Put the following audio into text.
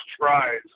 tries